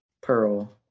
Pearl